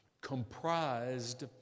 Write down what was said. comprised